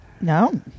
No